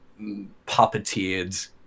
puppeteered